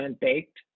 baked